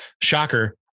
Shocker